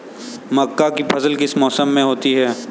मक्का की फसल किस मौसम में होती है?